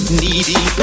needy